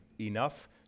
enough